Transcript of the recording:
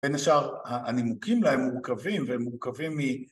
בין השאר הנימוקים להם מורכבים, והם מורכבים מ...